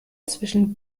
zwischen